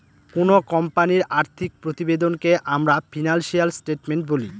কোনো কোম্পানির আর্থিক প্রতিবেদনকে আমরা ফিনান্সিয়াল স্টেটমেন্ট বলি